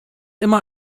immer